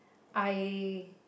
I